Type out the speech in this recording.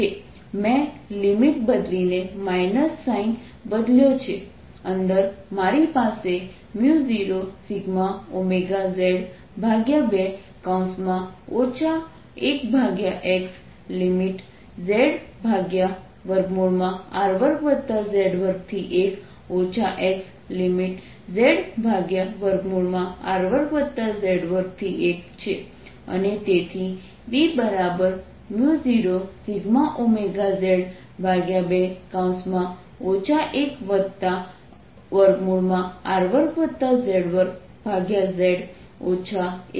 મેં લિમિટ બદલીને minus sign બદલ્યો છે અંદર મારી પાસે 0σωz2 1x |ZR2z21 x |ZR2z21 છે અને તેથી B0σωz2 1 R2z2z 1zR2z2 છે